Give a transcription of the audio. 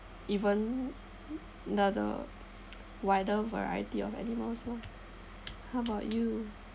even now the wider variety of animals lah how about you